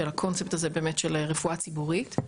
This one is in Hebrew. של הקונספט הזה באמת של רפואה ציבורית,